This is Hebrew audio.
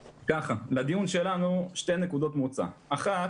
לדיון שלנו שתי נקודות מוצא: אחת,